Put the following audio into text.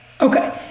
okay